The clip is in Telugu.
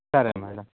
సరే మేడమ్